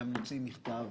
אנחנו גם נוציא מכתב